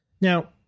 Now